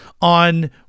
on